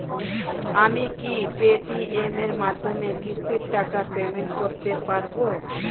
আমি কি Paytm এর মাধ্যমে কিস্তির টাকা পেমেন্ট করতে পারব?